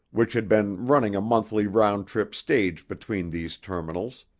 which had been running a monthly round trip stage between these terminals,